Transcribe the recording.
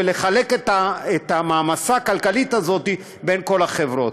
ולחלק את המעמסה הכלכלית הזאת בין כל החברות.